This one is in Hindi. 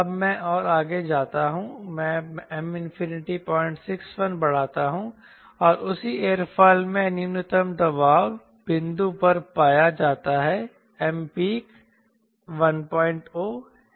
अब मैं और आगे जाता हूं मैं M 061 बढ़ाता हूं और उसी एयरोफिल में न्यूनतम दबाव बिंदु पर पाया जाता है Mpeak 10 है